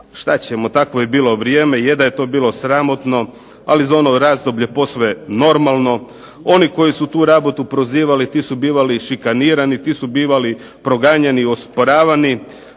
što ćemo tako je bilo vrijeme, je da je to bilo sramotno, ali za ono razdoblje posve normalno. Oni koji su tu rabotu prozivali ti su bili šikanirani, ti su bili proganjani, osporavani.